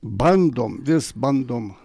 bandom vis bandom